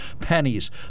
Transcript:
pennies